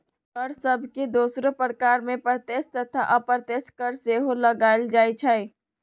कर सभके दोसरो प्रकार में प्रत्यक्ष तथा अप्रत्यक्ष कर सेहो लगाएल जाइ छइ